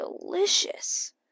delicious